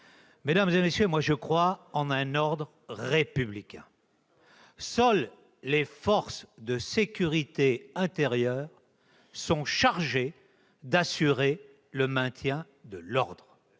loi constitutionnelle. Je crois en un ordre républicain. Seules les forces de sécurité intérieure sont chargées d'assurer le maintien de l'ordre.